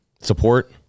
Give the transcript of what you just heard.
support